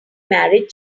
married